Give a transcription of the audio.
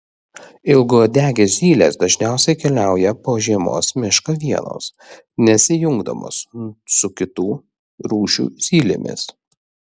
ilgauodegės zylės dažniausiai keliauja po žiemos mišką vienos nesijungdamos su kitų rūšių zylėmis